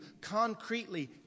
concretely